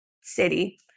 city